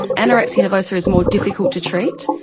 anorexia nervosa is more difficult to treat,